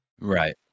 Right